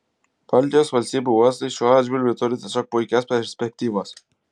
baltijos valstybių uostai šiuo atžvilgiu turi tiesiog puikias perspektyvas